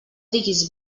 diguis